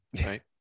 Right